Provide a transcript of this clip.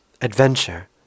adventure